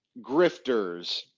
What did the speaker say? grifters